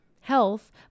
health